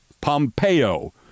Pompeo